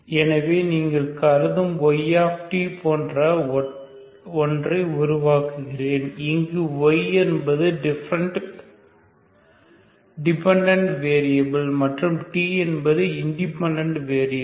எனவே நீங்கள் கருதும் yt போன்ற ஒன்றை உருவாக்குகிறேன் இங்கு y என்பது டிபண்டன்ட் வேரியபில் மற்றும் t என்பது இன்டிபண்டன்ட் வேரியபில்